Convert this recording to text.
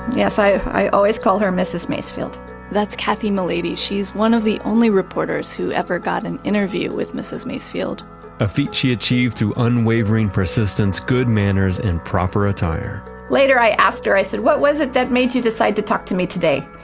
yes, i always call her mrs. macefield that's kathy mulady. she is one of the only reporters who ever got an interview with mrs. macefield a feat she achieved through unwavering persistence, good manners, and proper attire later i asked her, i said, what was it that made you decide to talk to me today?